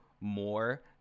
more